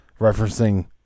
referencing